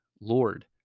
Lord